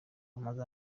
amaze